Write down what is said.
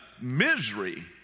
misery